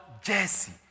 Jesse